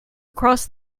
across